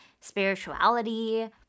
spirituality